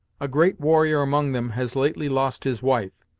a great warrior among them has lately lost his wife,